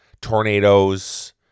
tornadoes